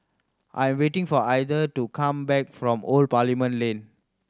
I am waiting for Ether to come back from Old Parliament Lane